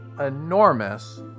enormous